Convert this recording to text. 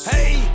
Hey